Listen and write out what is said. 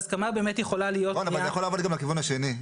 זה יכול לעבוד לכיוון השני.